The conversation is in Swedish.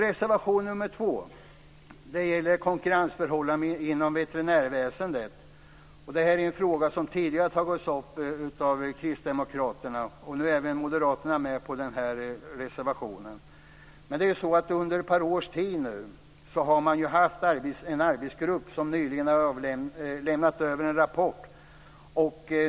Reservation nr 2 gäller konkurrensförhållandena inom veterinärväsendet. Detta är en fråga som tidigare har tagits upp av Kristdemokraterna. Nu är även Moderaterna med på reservationen. Under ett par års tid har man haft en arbetsgrupp som nyligen har lämnat över en rapport.